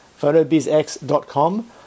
photobizx.com